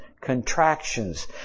contractions